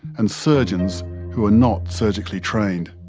and surgeons who are not surgically trained.